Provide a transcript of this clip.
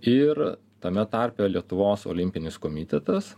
ir tame tarpe lietuvos olimpinis komitetas